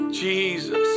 Jesus